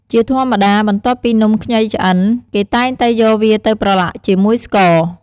ជាធម្មតា បន្ទាប់ពីនំខ្ញីឆ្អិន គេតែងតែយកវាទៅប្រឡាក់ជាមួយស្ករ។